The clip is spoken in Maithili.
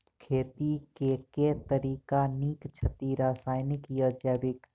खेती केँ के तरीका नीक छथि, रासायनिक या जैविक?